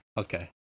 Okay